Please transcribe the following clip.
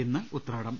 ഇന്ന് ഉത്രാടം